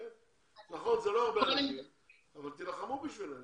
נכון, אלה לא הרבה אנשים אבל תילחמו עבורם.